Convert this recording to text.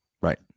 right